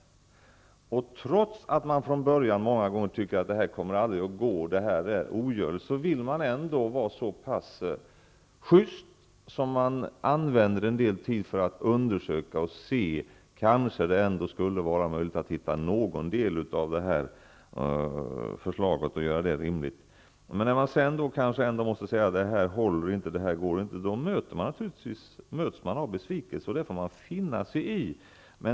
Trots att man från början många gånger tycker att det här aldrig kommer att gå och att det är ogörligt vill man ändå vara så pass sjyst att man använder en del tid för att undersöka om det ändå skulle vara möjligt att genomföra någon del av förslaget och göra det rimligt. När man sedan kanske ändå måste säga att det inte går möts man av besvikelse. Det får man finna sig i.